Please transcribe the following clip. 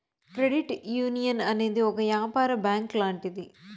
credit union అనేది ఒక యాపార బ్యాంక్ లాంటిది